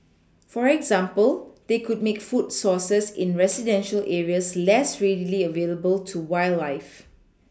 for example they could make food sources in residential areas less readily available to wildlife